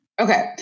Okay